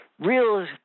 real